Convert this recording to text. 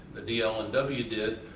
the dl and w did.